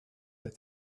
that